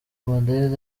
madrid